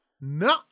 no